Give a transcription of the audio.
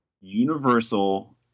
Universal